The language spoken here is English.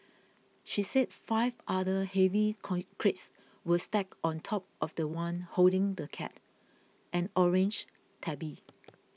she said five other heavy con crates were stacked on top of the one holding the cat an orange tabby